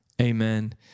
amen